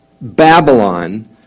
Babylon